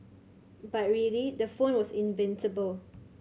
but really the phone was invincible